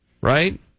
Right